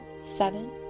seven